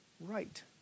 right